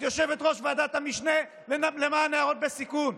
את יושבת-ראש ועדת המשנה למען נערות בסיכון.